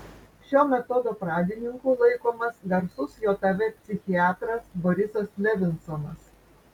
šio metodo pradininku laikomas garsus jav psichiatras borisas levinsonas